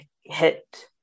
hit